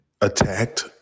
attacked